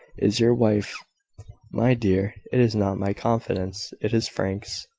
is your wife my dear, it is not my confidence it is frank's.